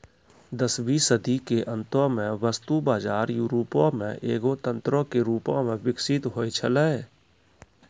दसवीं सदी के अंतो मे वस्तु बजार यूरोपो मे एगो तंत्रो के रूपो मे विकसित होय छलै